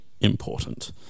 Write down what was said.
important